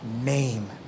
name